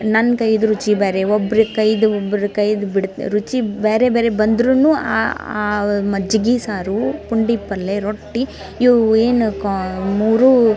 ನನ್ನ ಕೈಯಿದು ರುಚಿ ಬೇರೆ ಒಬ್ಬರ ಕೈಯಿದು ಒಬ್ಬರ ಕೈಯಿದ್ ಬಿಡು ರುಚಿ ಬೇರೆ ಬೇರೆ ಬಂದರೂ ಆ ಮಜ್ಗೆ ಸಾರು ಪುಂಡಿ ಪಲ್ಲೆ ರೊಟ್ಟಿ ಇವು ಏನು ಕೊ ಮೂರು